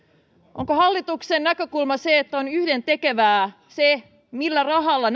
onko hallituksen näkökulma se että on yhdentekevää se millä rahalla